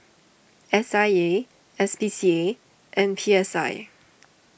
S I A S P C A and P S I